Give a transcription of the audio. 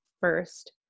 first